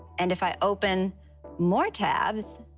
and if i open more tabs,